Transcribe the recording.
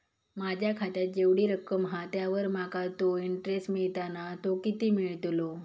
माझ्या खात्यात जेवढी रक्कम हा त्यावर माका तो इंटरेस्ट मिळता ना तो किती मिळतलो?